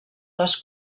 les